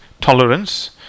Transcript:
tolerance